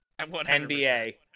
NBA